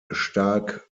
stark